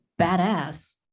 badass